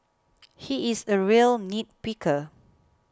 he is a real nitpicker